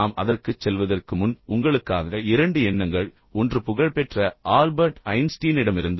நாம் அதற்குச் செல்வதற்கு முன் உங்களுக்காக இரண்டு எண்ணங்கள் ஒன்று புகழ்பெற்ற ஆல்பர்ட் ஐன்ஸ்டீனிடமிருந்து